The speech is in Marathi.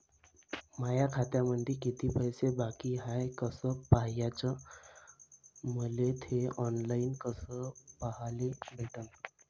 माया खात्यामंधी किती पैसा बाकी हाय कस पाह्याच, मले थे ऑनलाईन कस पाह्याले भेटन?